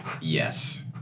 yes